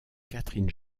catherine